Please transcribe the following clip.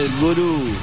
Guru